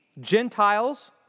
Gentiles